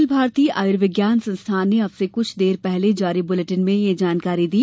अखिल भारतीय आयुर्विज्ञान संस्थान ने अबसे कुछ देर पहले जारी बुलेटिन में यह जानकारी दी